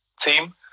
team